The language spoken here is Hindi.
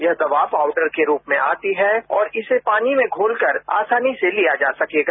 यह दया पाउडर के रूप में आती है और इसे पानी में घोलकर आसानी से लिया जा सकेगा